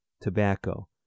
tobacco